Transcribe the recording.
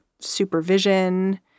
Supervision